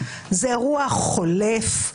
זה אירוע חולף,